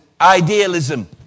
idealism